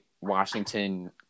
Washington